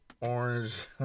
Orange